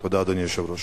תודה, אדוני היושב-ראש.